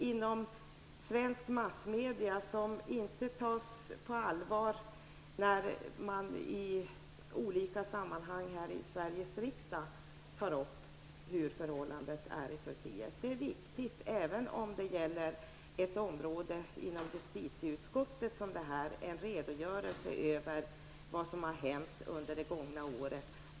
I svensk massmedia tycks man inte på allvar ta upp förhållandena i Turkiet, något som vi i olika sammanhang diskuterar här i riksdagen. Det är viktigt att diskutera detta, även om det nu rör sig om en redogörelse från justitiedepartementet om vad som har hänt under det gångna året.